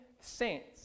saints